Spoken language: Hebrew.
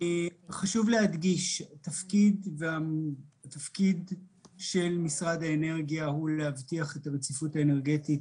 חשוב להדגיש שתפקיד משרד האנרגיה הוא להבטיח את הרציפות האנרגטית